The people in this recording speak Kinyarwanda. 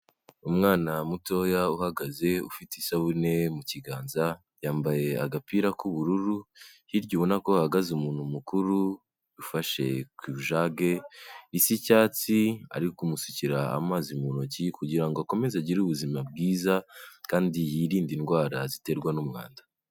Umwana mutoya uhagaze ufite isabune mu kiganza, yambaye agapira k'ubururu, hirya urabona ko hahagaze umuntu mukuru, ufashe ijage isa ikicyatsi ari kumusukira amazi mu ntoki kugirango akomeze agire ubuzima bwiza kandi yirinde indwara ziterwa n'umwanda.